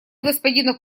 господина